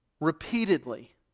repeatedly